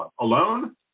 alone